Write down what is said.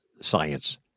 science